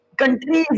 country